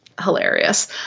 hilarious